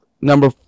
number